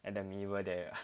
at the mirror there ah